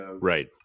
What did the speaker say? Right